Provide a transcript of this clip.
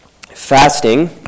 Fasting